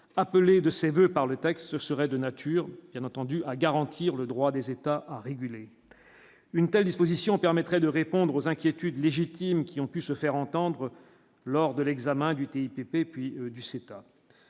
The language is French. appelée de ses voeux par le texte serait de nature, bien entendu, à garantir le droit des États à réguler une telle disposition permettrait de répondre aux inquiétudes légitimes qui ont pu se faire entendre, lors de l'examen du TPP puis du CETA